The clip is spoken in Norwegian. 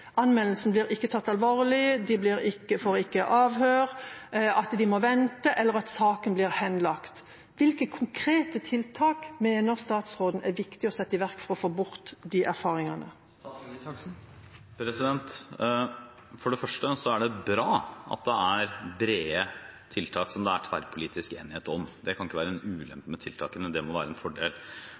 anmeldelsen ikke blir tatt alvorlig, at de ikke får avhør, at de må vente, eller at saken blir henlagt. Hvilke konkrete tiltak mener statsråden det er viktig å sette i verk for å få bort de erfaringene? For det første er det bra at det er brede tiltak som det er tverrpolitisk enighet om. Det kan ikke være en ulempe med tiltakene – det må være en fordel.